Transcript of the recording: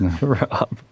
Rob